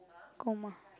coma